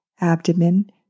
abdomen